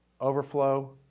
overflow